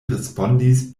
respondis